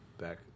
back